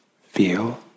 feel